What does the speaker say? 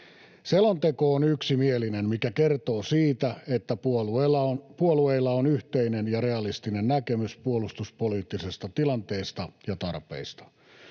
Selonteko on yksimielinen, mikä kertoo siitä, että puolueilla on yhteinen ja realistinen näkemys puolustuspoliittisesta tilanteesta ja tarpeista.